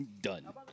Done